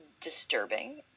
disturbing